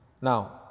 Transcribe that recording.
Now